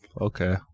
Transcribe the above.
Okay